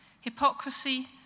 hypocrisy